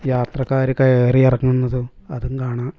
യാത്രക്കാർ കയറി ഇറങ്ങുന്നതും അതും കാണാം